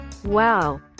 Wow